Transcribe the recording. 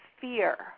fear